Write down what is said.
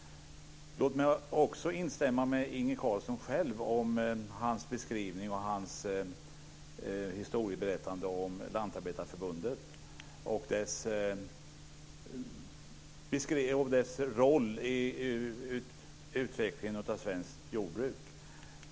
Låt mig också instämma med Inge Carlsson själv om hans beskrivning och hans historieberättande om Lantarbetarförbundet och dess roll i utvecklingen av svenskt jordbruk.